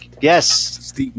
Yes